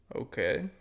Okay